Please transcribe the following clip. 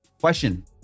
question